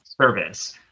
service